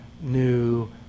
new